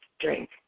drink